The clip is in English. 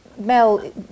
Mel